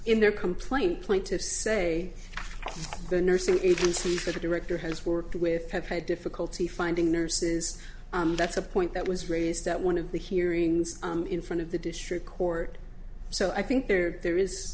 in their complaint plaintiffs say the nursing agency for the director has worked with have had difficulty finding nurses that's a point that was raised at one of the hearings in front of the district court so i think there there is